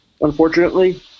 unfortunately